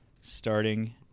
starting